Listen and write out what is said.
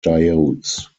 diodes